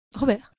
Robert